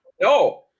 No